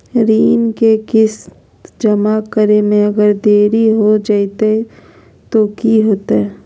ऋण के किस्त जमा करे में अगर देरी हो जैतै तो कि होतैय?